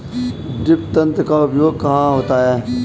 Drip तंत्र का उपयोग कहाँ होता है?